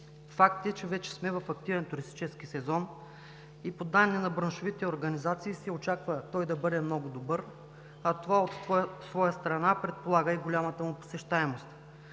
Факт е, че вече сме в активен туристически сезон и по данни на браншовите организации се очаква той да бъде много добър, а това от своя страна предполага и голямата му посещаемост.